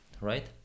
right